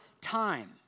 time